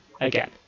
again